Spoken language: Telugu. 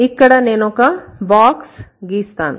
ఇక్కడ నేనొక బాక్స్ గీస్తాను